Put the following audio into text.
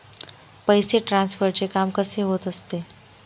पैसे ट्रान्सफरचे काम कसे होत असते?